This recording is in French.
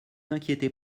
inquiétez